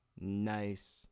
nice